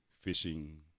fishing